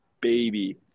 baby